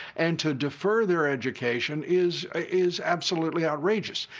and to defer their education is is absolutely outrageous.